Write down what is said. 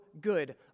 good